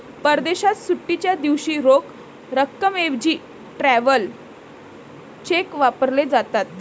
परदेशात सुट्टीच्या दिवशी रोख रकमेऐवजी ट्रॅव्हलर चेक वापरले जातात